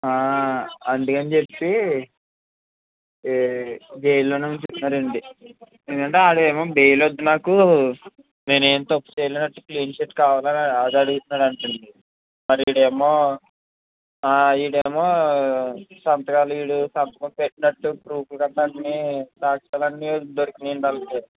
అందుకని చెప్పి జైల్లోనే ఉంచేస్తున్నారండి ఎందుకంటే వాడేమో బెయిల్ వద్దు నాకు నేనేం తప్పు చేయలేదన్నట్టు క్లీన్ చిట్ కావాలి అది అడుగుతున్నాడండి మరి వీడేమో వీడేమో సంతకాలు వీడు సంతకం పెట్టినట్టు ప్రూఫ్లు గట్ర అన్నీ సాక్ష్యాలన్నీ దొరికినాయండి వాళ్ళకి